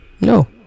No